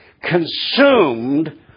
consumed